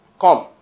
Come